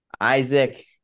Isaac